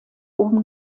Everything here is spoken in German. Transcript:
oben